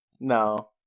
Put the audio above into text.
No